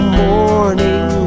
morning